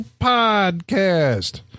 podcast